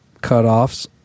cutoffs